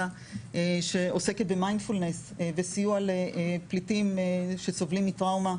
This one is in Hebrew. שעוסקת בסיוע לפליטים שסובלים מטראומה,